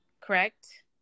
correct